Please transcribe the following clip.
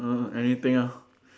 err anything ah